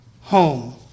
home